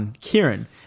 Kieran